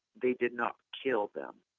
they did not kill them.